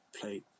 play